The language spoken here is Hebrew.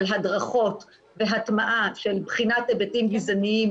אבל הדרכות והטמעה של בחינת היבטים גזעניים